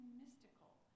mystical